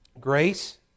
grace